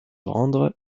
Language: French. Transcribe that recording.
rendre